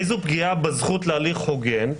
איזו פגיעה בזכות להליך הוגן,